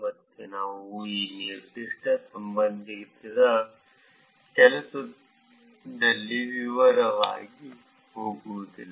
ಮತ್ತೆ ನಾನು ಈ ನಿರ್ದಿಷ್ಟ ಸಂಬಂಧಿತ ಕೆಲಸದಲ್ಲಿ ವಿವರವಾಗಿ ಹೋಗುವುದಿಲ್ಲ